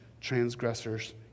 transgressors